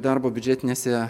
darbo biudžetinėse